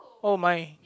oh my